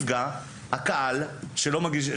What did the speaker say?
הקהל הוא זה שנפגע.